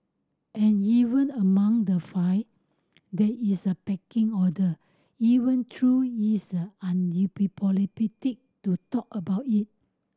and even among the five there is a pecking order even though is undiplomatic to talk about it